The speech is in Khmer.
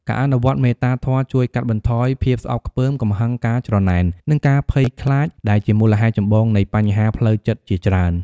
ការអនុវត្តន៍មេត្តាធម៌ជួយកាត់បន្ថយភាពស្អប់ខ្ពើម កំហឹង ការច្រណែន និងការភ័យខ្លាច ដែលជាមូលហេតុចម្បងនៃបញ្ហាផ្លូវចិត្តជាច្រើន។